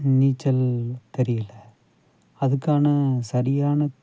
நீச்சல் தெரியில அதுக்கான சரியான